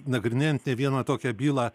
nagrinėjant vieną tokią bylą